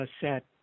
set